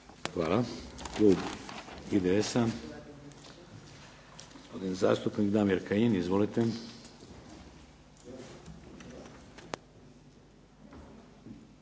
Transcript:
Hvala. Klub IDS-a, gospodin zastupnik Damir Kajin. Izvolite.